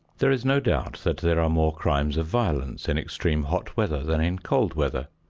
there is no doubt that there are more crimes of violence in extreme hot weather than in cold weather.